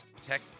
Tech